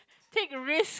take a risk